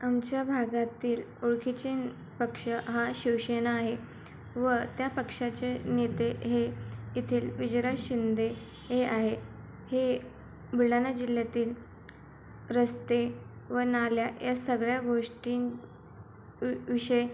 आमच्या भागातील ओळखीचे पक्ष हा शिवसेना आहे व त्या पक्षाचे नेते हे येथील विजयराज शिंदे हे आहे हे बुलढाणा जिल्ह्यातील रस्ते व नाल्या या सगळ्या गोष्टीं विषय